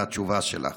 מהתשובה שלך,